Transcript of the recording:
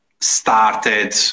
started